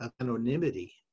anonymity